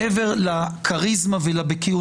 מעבר לכריזמה ולבקיאות,